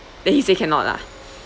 then he say cannot lah